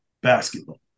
basketball